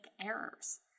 errors